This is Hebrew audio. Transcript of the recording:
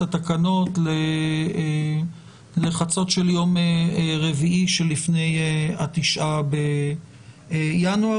התקנות לחצות של יום רביעי שלפני ה-9 בינואר.